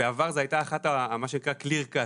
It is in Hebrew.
בעבר זה מה שנקרא clear cut,